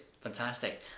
Fantastic